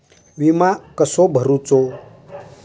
विमा कसो भरूचो?